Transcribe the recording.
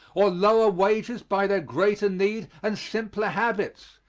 or lower wages by their greater need and simpler habits,